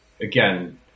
again